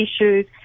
issues